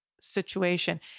situation